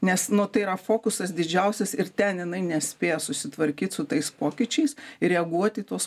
nes nu tai yra fokusas didžiausias ir ten jinai nespėja susitvarkyt su tais pokyčiais ir reaguot į tuos